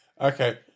Okay